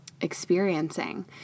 experiencing